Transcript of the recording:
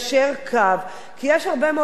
כי יש הרבה מאוד מקרים של נשים חד-הוריות,